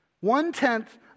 One-tenth